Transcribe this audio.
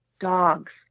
dogs